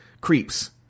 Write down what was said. creeps